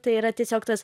tai yra tiesiog tas